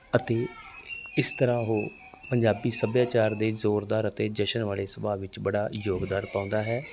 ਅਤੇ ਇਸ ਤਰਾਂ ਉਹ ਪੰਜਾਬੀ ਸੱਭਿਆਚਾਰ ਦੇ ਜ਼ੋਰਦਾਰ ਅਤੇ ਜਸ਼ਨ ਵਾਲੇ ਸੁਭਾਅ ਵਿੱਚ ਬੜਾ ਯੋਗਦਾਨ ਪਾਉਂਦਾ ਹੈ